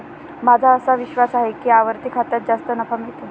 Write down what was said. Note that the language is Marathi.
माझा असा विश्वास आहे की आवर्ती खात्यात जास्त नफा मिळतो